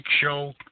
show